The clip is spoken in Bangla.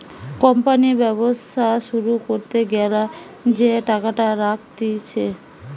কোম্পানি ব্যবসা শুরু করতে গ্যালা যে টাকাটা রাখতিছে